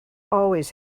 always